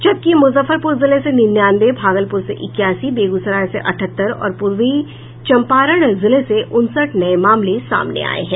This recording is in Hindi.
जबकि मुजफ्फरपुर जिले से निन्यानवे भागलपुर से इक्यासी बेगूसराय से अठहत्तर और पूर्वी चंपारण जिले से उनसठ नये मामले सामने आये हैं